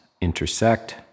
intersect